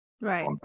Right